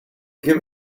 give